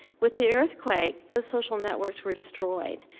with the earthquake, those social networks were destroyed.